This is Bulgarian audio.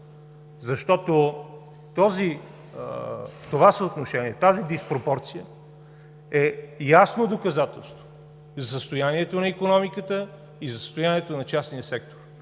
Защото това съотношение, тази диспропорция е ясно доказателство за състоянието на икономиката и за състоянието на частния сектор.